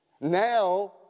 Now